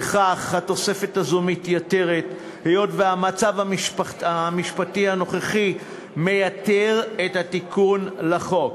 התוספת הזו מתייתרת היות שהמצב המשפטי הנוכחי מייתר את התיקון לחוק,